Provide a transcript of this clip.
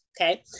okay